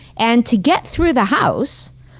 and to get through the house,